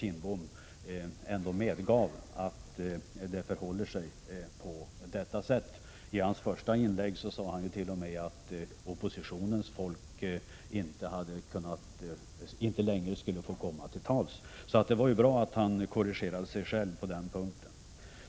I sitt första inlägg sade han t.o.m. att oppositionens folk inte längre skulle få komma till tals, så det var bra att han korrigerade sig själv på den punkten.